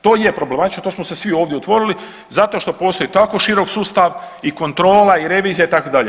To je problematično, to smo se svi ovdje otvorili zato što postoji tako širok sustav i kontrola i revizija itd.